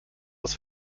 aus